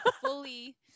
fully